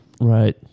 right